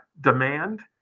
demand